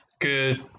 Good